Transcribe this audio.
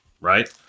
right